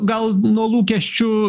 gal nuo lūkesčių